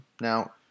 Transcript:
now